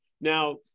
Now